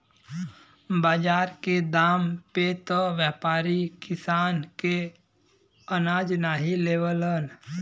बाजार के दाम पे त व्यापारी किसान के अनाज नाहीं लेवलन